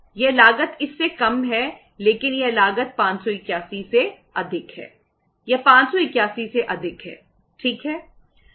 यह लागत इससे कम है लेकिन यह लागत 581 से अधिक है यह 581 से अधिक है ठीक है